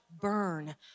burn